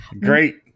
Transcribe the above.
great